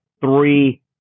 three